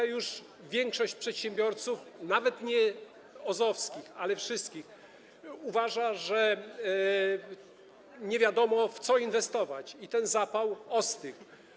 Już większość przedsiębiorców, nawet nie OZE-owskich, ale wszystkich, uważa, że nie wiadomo, w co inwestować, i ten zapał ostygł.